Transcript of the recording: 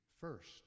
first